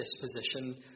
disposition